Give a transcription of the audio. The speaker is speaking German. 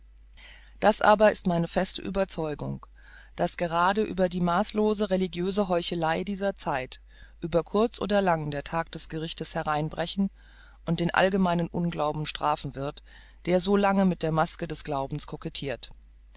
das aber ist meine feste überzeugung daß gerade über die maßlose religiöse heuchelei dieser zeit über kurz oder lang der tag des gerichtes hereinbrechen und den allgemeinen unglauben strafen wird der so lange mit der maske des glaubens kokettirt